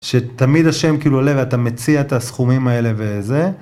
שתמיד השם כאילו עולה ואתה מציע ת'סכומים האלה וזה.